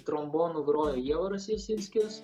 trombonu grojo jovaras jasinskis